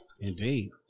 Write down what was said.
Indeed